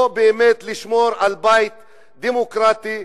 או באמת לשמור על בית דמוקרטי,